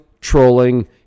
trolling